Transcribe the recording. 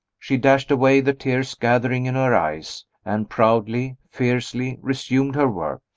she dashed away the tears gathering in her eyes, and proudly, fiercely, resumed her work.